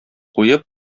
куеп